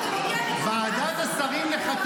אני אוהבת שאתה לוקח את בג"ץ וועדת שרים לחקיקה,